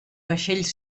vaixells